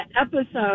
episode